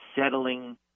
settling